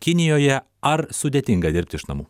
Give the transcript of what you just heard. kinijoje ar sudėtinga dirbt iš namų